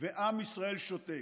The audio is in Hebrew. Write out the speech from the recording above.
ועם ישראל שותק.